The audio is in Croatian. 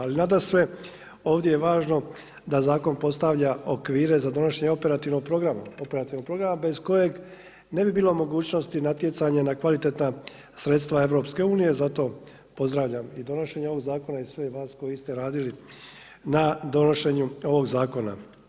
Ali nadasve ovdje je važno da zakon postavlja okvire za donošenje operativnog programa bez kojeg ne bi bilo mogućnosti natjecanje na kvalitetna sredstva EU zato pozdravljam i donošenje ovog zakona i sve vas koji ste radili na donošenju ovog zakona.